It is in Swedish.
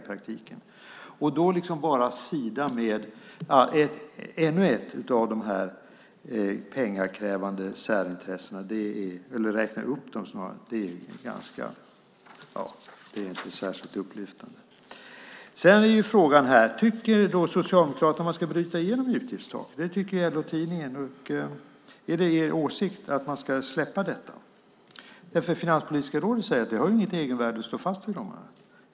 Då är det inte särskilt upplyftande att räkna upp ännu ett av de här pengakrävande särintressena. Sedan är frågan: Tycker då Socialdemokraterna att man ska bryta igenom utgiftstaket? Det tycker LO-tidningen. Är det er åsikt att man ska släppa detta? Finanspolitiska rådet säger att det inte har något egenvärde att stå fast vid det här.